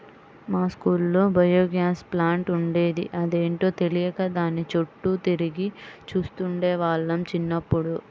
మా స్కూల్లో biogas plant ఉండేది, అదేంటో తెలియక దాని చుట్టూ తిరిగి చూస్తుండే వాళ్ళం చిన్నప్పుడు